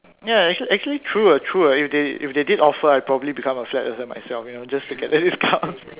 ya actually actually true ah true ah if they if they did offer I'd probably become a flat earther myself just to get the discounts